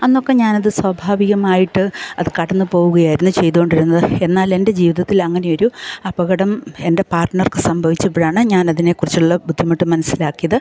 അന്നൊക്കെ ഞാനത് സ്വാഭാവികമായിട്ട് അത് കടന്ന് പോവുകയായിരുന്നു ചെയ്തുകൊണ്ടിരുന്നത് എന്നാൽ എൻ്റെ ജീവിതത്തിലങ്ങനെ ഒരു അപകടം എൻ്റെ പാർട്ണർക്ക് സംഭവിച്ചപ്പഴാണ് ഞാനതിനെ കുറിച്ചുള്ള ബുദ്ധിമുട്ട് മനസ്സിലാക്കിയത്